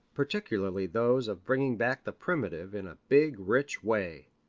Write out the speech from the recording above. particularly those of bringing back the primitive in a big rich way.